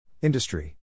Industry